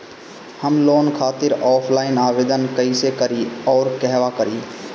हम लोन खातिर ऑफलाइन आवेदन कइसे करि अउर कहवा करी?